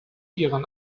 ihren